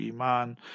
Iman